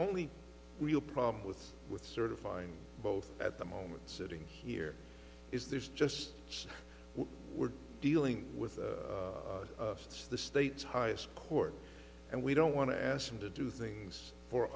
only real problem with with certifying both at the moment sitting here is there's just so we're dealing with it's the state's highest court and we don't want to ask them to do things for